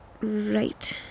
Right